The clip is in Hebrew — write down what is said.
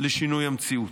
לשינוי המציאות,